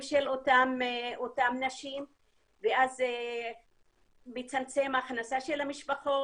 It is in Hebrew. של אותן נשים ואז מצטמצמת ההכנסה של המשפחות,